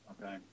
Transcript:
okay